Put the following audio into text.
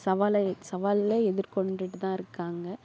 சவாளே சவாளை எதிர்கொண்டுட்டு தான் இருக்காங்க